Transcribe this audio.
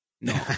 No